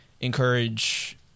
encourage